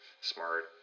smart